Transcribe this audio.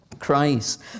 Christ